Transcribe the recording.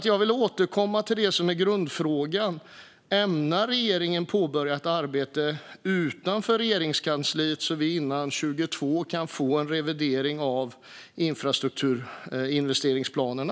Jag vill återkomma till det som är grundfrågan: Ämnar regeringen påbörja ett arbete utanför Regeringskansliet så att vi före 2022 kan få en revidering av infrastrukturinvesteringsplanerna?